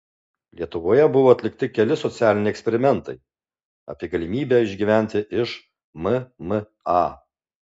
lietuvoje buvo atlikti keli socialiniai eksperimentai apie galimybę išgyventi iš mma